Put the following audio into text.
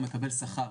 הוא מקבל שכר.